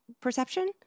perception